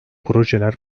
projeler